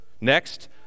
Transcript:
Next